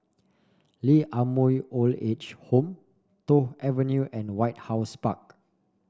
Lee Ah Mooi Old Age Home Toh Avenue and White House Park